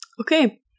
Okay